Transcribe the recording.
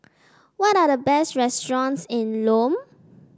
what are the best restaurants in Lome